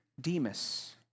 Demas